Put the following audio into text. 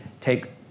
take